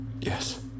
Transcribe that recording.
Yes